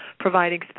providing